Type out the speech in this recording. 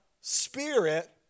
spirit